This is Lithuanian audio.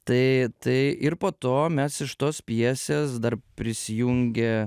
tai tai ir po to mes iš tos pjesės dar prisijungė